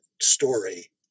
story